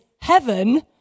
heaven